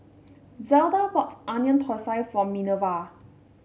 Zelda bought Onion Thosai for Minerva